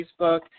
Facebook